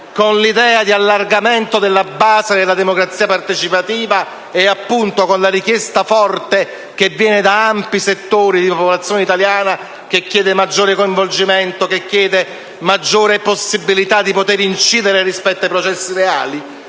con l'idea di allargamento della base della democrazia partecipativa e con la richiesta forte che viene da ampi settori della popolazione italiana che chiede maggiore coinvolgimento e maggiore possibilità di incidere sui processi reali?